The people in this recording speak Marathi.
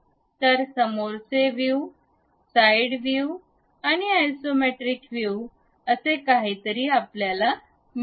तर समोरचे व्यू वरचे व्यू साइड व्यू आणि आयसोमेट्रिक व्यू असे काहीतरी आपल्याला मिळेल